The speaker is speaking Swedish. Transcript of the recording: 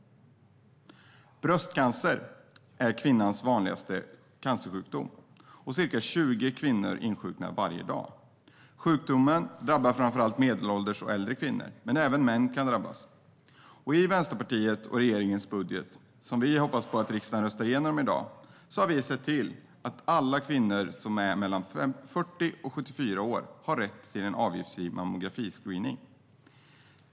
Bröstcancer är kvinnans vanligaste cancersjukdom. Ca 20 kvinnor insjuknar varje dag. Sjukdomen drabbar framför allt medelålders och äldre kvinnor, men även män kan drabbas. I Vänsterpartiets och regeringens budget, som vi hoppas att riksdagen röstar igenom i dag, har vi sett till att alla kvinnor mellan 40 och 74 år har rätt till en avgiftsfri mammografiscreening.